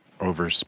over